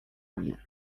mnie